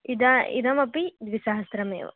इदा इदमपि द्विसहस्रमेव